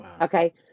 okay